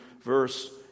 verse